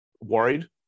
worried